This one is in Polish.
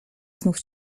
znów